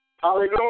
Hallelujah